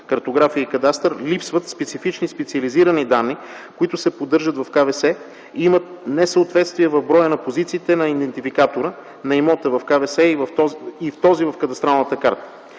картография и кадастър, липсват специфични специализирани данни, които се поддържат в КВС, има несъответствие в броя на позициите на идентификатора на имота в КВС и този в кадастралната карта.